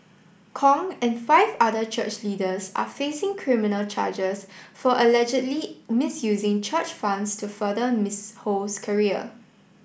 Kong and five other church leaders are facing criminal charges for allegedly misusing church funds to further Ms Ho's career